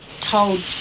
told